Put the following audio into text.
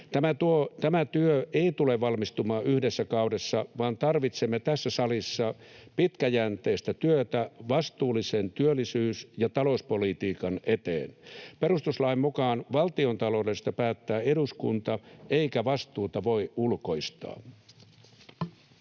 Tämä työ ei tule valmistumaan yhdessä kaudessa, vaan tarvitsemme tässä salissa pitkäjänteistä työtä vastuullisen työllisyys- ja talouspolitiikan eteen. Perustuslain mukaan valtiontaloudesta päättää eduskunta, eikä vastuuta voi ulkoistaa.